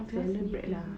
sell the bread lah